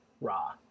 raw